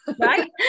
right